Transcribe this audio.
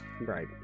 right